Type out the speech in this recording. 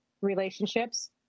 relationships